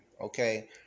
okay